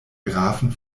grafen